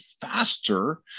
faster